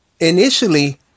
Initially